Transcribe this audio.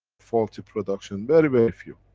faulty production, very, very few.